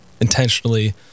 intentionally